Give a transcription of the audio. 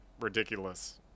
ridiculous